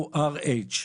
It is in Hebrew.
O, R, H,